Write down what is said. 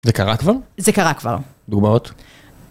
זה קרה כבר? זה קרה כבר. דוגמאות?